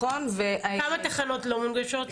כמה תחנות לא מונגשות?